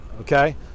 okay